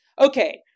Okay